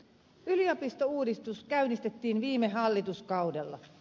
yliopistouudistus käynnistettiin viime hallituskaudella